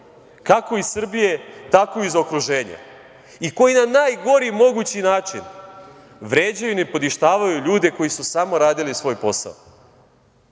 kako iz Srbije, tako i iz okruženja i koji na najgori mogući način vređaju i nipodištavaju ljude koji su samo radili svoj posao.O